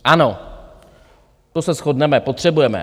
Ano, to se shodneme, potřebujeme.